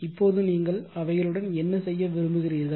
இப்போது நீங்கள் அவைகளுடன் என்ன செய்ய விரும்புகிறீர்கள்